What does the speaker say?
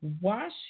Wash